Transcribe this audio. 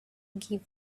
give